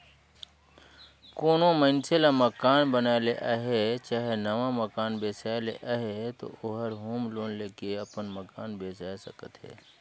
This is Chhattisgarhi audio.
कोनो मइनसे ल मकान बनाए ले अहे चहे नावा मकान बेसाए ले अहे ता ओहर होम लोन लेके अपन मकान बेसाए सकत अहे